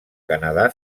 canadà